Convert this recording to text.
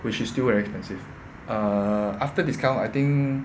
which is still very expensive uh after discount I think